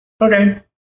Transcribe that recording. okay